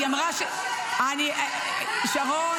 היא אמרה --- זה לא מה שהיא אמרה.